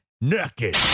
naked